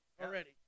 already